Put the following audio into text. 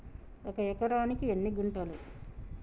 ఒక ఎకరానికి ఎన్ని గుంటలు?